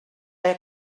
air